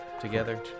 together